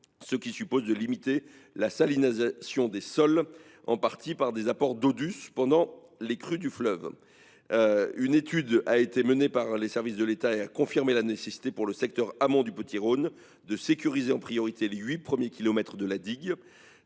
ce qui suppose de limiter la salinisation des sols, en partie par des apports d’eau douce pendant les crues du fleuve. Une étude menée par les services de l’État a confirmé la nécessité, pour le secteur amont du Petit Rhône, de sécuriser en priorité les huit premiers kilomètres de digues,